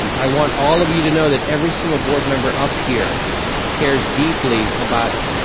um i want all of you to know that every single board member up here cares deeply about